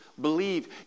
believe